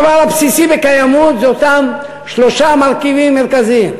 הדבר הבסיסי בקיימות זה אותם שלושה מרכיבים מרכזיים: